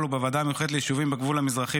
ובוועדה המיוחדת ליישובים בגבול המזרחי,